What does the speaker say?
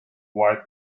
wide